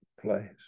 place